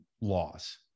laws